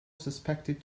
suspected